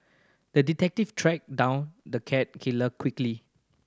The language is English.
the detective tracked down the cat killer quickly